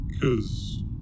cause